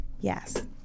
Yes